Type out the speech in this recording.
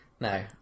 No